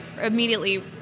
immediately